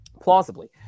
plausibly